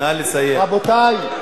הסתלקה דעתך, בובר, רבותי,